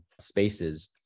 spaces